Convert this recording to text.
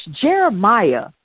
Jeremiah